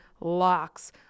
locks